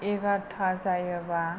एगारथा जायोब्ला